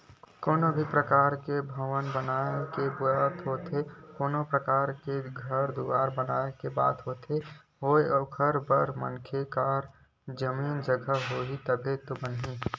कोनो भी परकार के भवन बनाए के बात होवय कोनो परकार के घर दुवार बनाए के बात होवय ओखर बर मनखे करा जमीन जघा होही तभे तो बनही